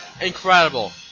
incredible